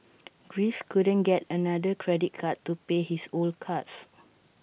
Greece couldn't get another credit card to pay his old cards